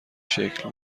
شکل